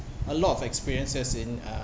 a lot of experiences in